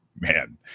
man